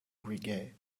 reggae